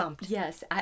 Yes